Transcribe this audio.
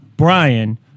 Brian